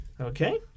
Okay